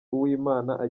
uwimana